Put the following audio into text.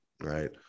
right